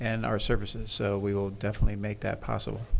and our services so we will definitely make that possible